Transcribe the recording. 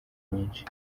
nyinshi